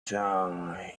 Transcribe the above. time